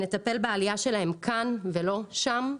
לטפל בעלייה שלהם כאן ולא שם,